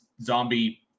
Zombie